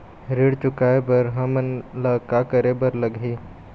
ऋण चुकाए बर हमन ला का करे बर लगही?